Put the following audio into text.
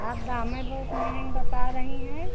आप दाम ही बहुत महँगा बता रही हैं